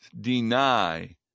deny